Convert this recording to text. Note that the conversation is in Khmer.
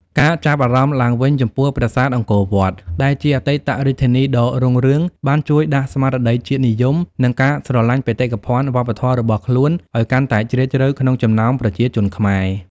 ការចាប់អារម្មណ៍ឡើងវិញចំពោះប្រាសាទអង្គរវត្ត ដែលជាអតីតរាជធានីដ៏រុងរឿង បានជួយដាស់ស្មារតីជាតិនិយម និងការស្រលាញ់បេតិកភណ្ឌវប្បធម៌របស់ខ្លួនឱ្យកាន់តែជ្រាលជ្រៅក្នុងចំណោមប្រជាជនខ្មែរ។